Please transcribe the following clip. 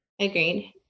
Agreed